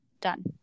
done